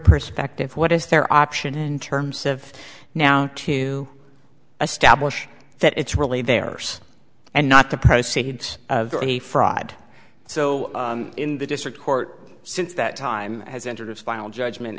perspective what is their option in terms of now to establish that it's really there's and not the proceeds of a fraud so in the district court since that time has entered its final judgment